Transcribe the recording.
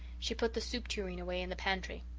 she put the soup tureen away in the pantry.